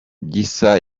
gisa